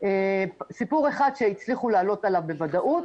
סיפור אחד שהצליחו לעלות עליו בוודאות